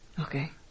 Okay